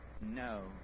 No